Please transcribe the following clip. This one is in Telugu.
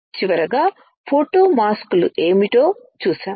చివరగా ఫోటో మాస్క్లు ఏమిటో చూశాము